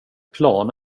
plan